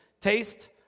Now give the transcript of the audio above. Taste